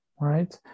right